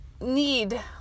need